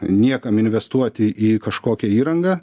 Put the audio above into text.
niekam investuoti į kažkokią įrangą